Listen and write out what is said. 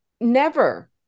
never-